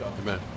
Amen